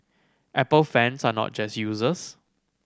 apple fans are not just users